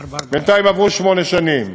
444. בינתיים עברו שמונה שנים,